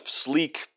sleek